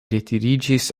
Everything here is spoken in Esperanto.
retiriĝis